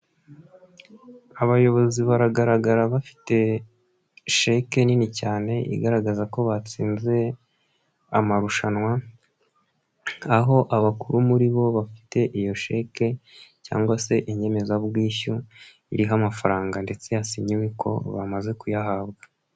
Abayobozi baragaragara bafite, sheke nini cyane, igaragaza ko batsinze amarushanwa, aho abakuru muri bo bafite iyo sheke cyangwa se inyemezabwishyu, iriho amafaranga ndetse yasinyiwe ko bamaze kuyahabwa.